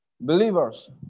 Believers